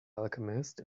alchemist